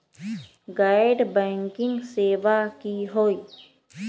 गैर बैंकिंग सेवा की होई?